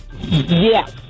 Yes